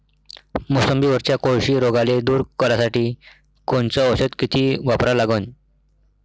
मोसंबीवरच्या कोळशी रोगाले दूर करासाठी कोनचं औषध किती वापरा लागन?